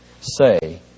say